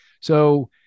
So-